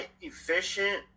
efficient